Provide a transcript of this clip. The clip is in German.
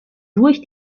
durch